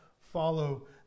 follow